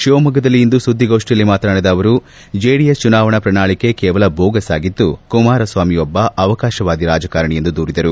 ಶಿವಮೊಗ್ಗದಲ್ಲಿಂದು ಸುದ್ಲಿಗೋಷ್ಯಿಯಲ್ಲಿ ಮಾತನಾಡಿದ ಅವರು ಜೆಡಿಎಸ್ ಚುನಾವಣಾ ಪ್ರಣಾಳಿಕೆ ಕೇವಲ ಬೋಗಸ್ ಆಗಿದ್ದು ಕುಮಾರಸ್ನಾಮಿ ಒಬ್ಬ ಅವಕಾಶವಾದಿ ರಾಜಕಾರಣಿ ಎಂದು ದೂರಿದರು